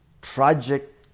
tragic